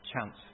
chance